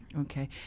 Okay